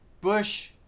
Bush